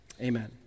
Amen